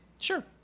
Sure